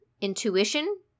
intuition